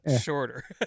shorter